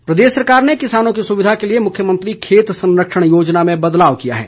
खेत संरक्षण प्रदेश सरकार ने किसानों की सुविधा के लिए मुख्यमंत्री खेत संरक्षण योजना में बदलाव किया है